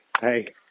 Hey